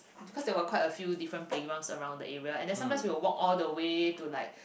because there were quite a few different playgrounds around the area and then sometimes we will walk all the way to like